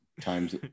times